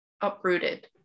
uprooted